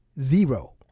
Zero